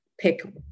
Pick